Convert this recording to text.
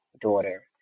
daughter